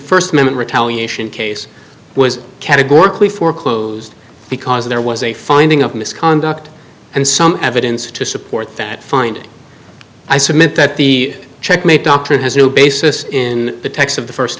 first moment retaliation case was categorically foreclosed because there was a finding of misconduct and some evidence to support that find i submit that the checkmate doctrine has no basis in the text of the first